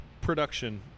production